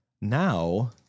now